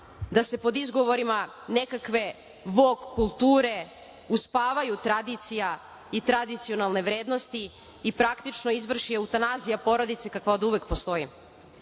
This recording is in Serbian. da se pod izgovorima nekakve vok kulture uspavaju tradicija i tradicionalne vrednosti i praktično izvrši eutanazija porodice, kakva oduvek